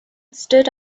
stood